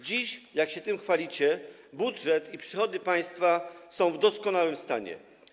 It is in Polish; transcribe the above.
Dziś się tym chwalicie, że budżet i przychody państwa są w doskonałym stanie.